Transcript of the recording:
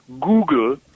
Google